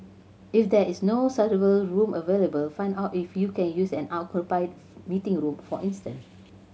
if there is no suitable room available find out if you can use an unoccupied meeting room for instance